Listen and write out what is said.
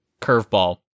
curveball